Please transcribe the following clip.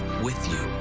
with you.